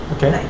Okay